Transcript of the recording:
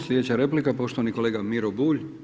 Sljedeća replika poštovani kolega Miro Bulj.